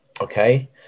Okay